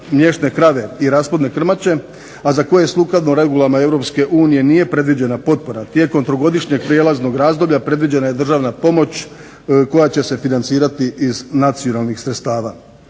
mliječne krave i rasplodne krmače, a za koje sukladno regulama Europske unije nije predviđena potpora tijekom trogodišnjeg prijelaznog razdoblja predviđena je državna pomoć koja će se financirati iz nacionalnih sredstava.